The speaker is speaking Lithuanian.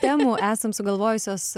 temų esam sugalvojusios